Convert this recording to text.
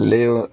Leo